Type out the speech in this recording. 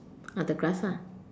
on the grass lah